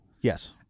Yes